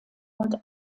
und